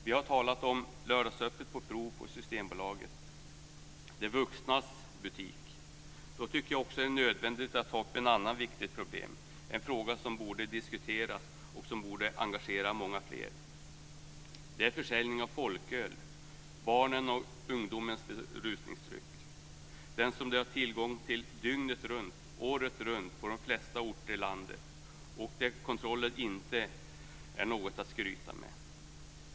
Vi har talat om lördagsöppet på prov på Systembolaget, de vuxnas butik. Då tycker jag också att det är nödvändigt att ta upp ett annat viktigt problem, en fråga som borde diskuteras och som borde engagera många fler. Det är försäljningen av folköl, barnens och ungdomarnas berusningsdryck, som de har tillgång till dygnet runt, året runt, på de flesta orter i landet och där kontrollen inte är något att skryta med.